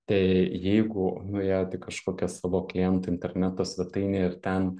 tai jeigu nuėjot į kažkokią savo kliento interneto svetainę ir ten